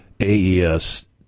AES